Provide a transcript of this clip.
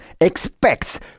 expects